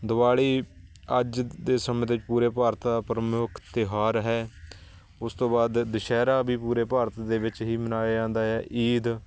ਦਿਵਾਲੀ ਅੱਜ ਦੇ ਸਮੇਂ ਦੇ ਵਿੱਚ ਪੂਰੇ ਭਾਰਤ ਦਾ ਪ੍ਰਮੁੱਖ ਤਿਉਹਾਰ ਹੈ ਉਸ ਤੋਂ ਬਾਅਦ ਦੁਸ਼ਹਿਰਾ ਵੀ ਪੂਰੇ ਭਾਰਤ ਦੇ ਵਿੱਚ ਹੀ ਮਨਾਇਆ ਜਾਂਦਾ ਹੈ ਈਦ